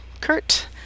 Kurt